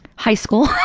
high school.